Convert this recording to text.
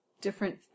different